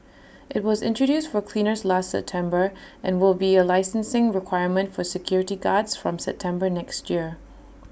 IT was introduced for cleaners last September and will be A licensing requirement for security guards from September next year